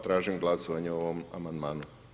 Tražim glasovanje o ovom amandmanu.